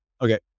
Okay